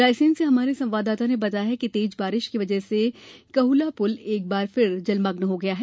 रायसेन से हमारे संवाददाता ने बताया है कि तेज बारिश की वजह से कहुला पुल एक बाद फिर जलमग्न हो गया है